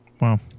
Wow